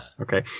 Okay